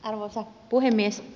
arvoisa puhemies